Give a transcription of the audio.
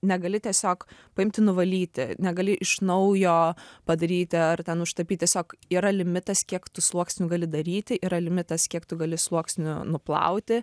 negali tiesiog paimti nuvalyti negali iš naujo padaryti ar ten užtapyt tiesiog yra limitas kiek tų sluoksnių gali daryti yra limitas kiek tu gali sluoksnių nuplauti